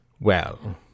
Well